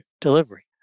delivery